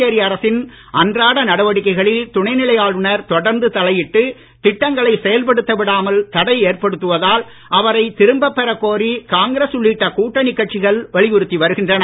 புதுச்சேரி அரசின் அன்றாட நடவடிக்கைகளில் துணைநிலை ஆளுநர் தொடர்ந்து தலையிட்டு திட்டங்களை செயல்படுத்த விடாமல் தடை ஏற்படுத்துவதால் அவரை திரும்பப் பெறக் கோரி காங்கிரஸ் உள்ளிட்ட கூட்டணி கட்சிகள் வலியுறுத்தி வருகின்றன